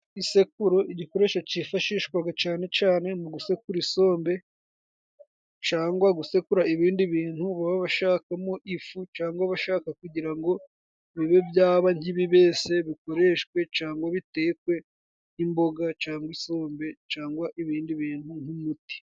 Isekuru, igikoresho cyifashishwa cyane cyane mu gusekura isombe, cyangwa gusekura ibindi bintu baba bashakamo ifu, cyangwa bashaka kugira ngo bibe byaba nk'ibibese, bikoreshwe cyangwa bitekwe nk'imboga, cyangwa isombe cyangwa ibindi bintu nk'umuti.